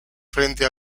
frente